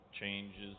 changes